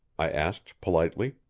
i asked politely.